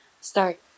start